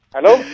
Hello